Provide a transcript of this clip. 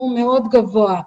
הוא מאוד גבוה.